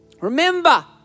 Remember